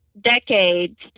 decades